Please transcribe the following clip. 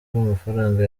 bw’amafaranga